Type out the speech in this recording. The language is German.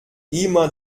immer